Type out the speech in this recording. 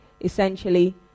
essentially